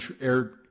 air